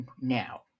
now